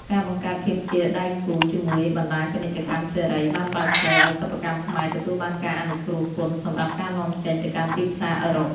ការបង្កើតភាពជាដៃគូជាមួយបណ្ដាញពាណិជ្ជកម្មសេរី បានបើកផ្លូវឱ្យសិប្បកម្មខ្មែរទទួលបានការអនុគ្រោះពន្ធសម្រាប់ការនាំចេញទៅកាន់ទីផ្សារអឺរ៉ុប។